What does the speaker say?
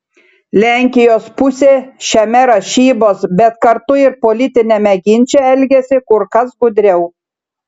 lenkijos pusė šiame rašybos bet kartu ir politiniame ginče elgiasi kur kas gudriau